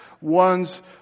one's